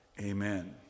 Amen